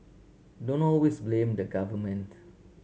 don't always blame the government